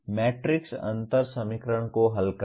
matrix अंतर समीकरण को हल करना